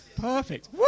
perfect